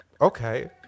Okay